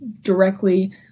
directly